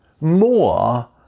more